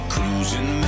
Cruising